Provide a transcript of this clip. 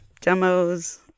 Demos